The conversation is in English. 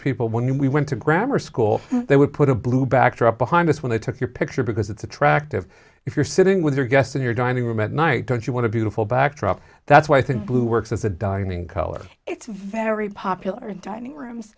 people when we went to grammar school they would put a blue backdrop behind us when i took your picture because it's attractive if you're sitting with your guest in your dining room at night don't you want to beautiful backdrop that's why i think blue works as a dining color it's very popular dining rooms